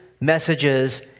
messages